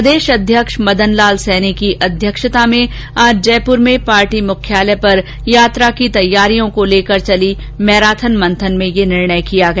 प्रदेश अध्यक्ष मदन लाल सैनीकी अध्यक्षता में आज जयपुर में पार्टी मुख्यालय पर यात्रा की तैयारियों को लेकर चली मैराथन मंथन में यह निर्णय किया गया